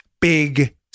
big